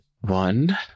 One